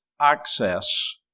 access